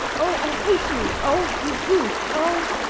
oh, i hate you! oh, you brute! oh